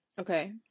Okay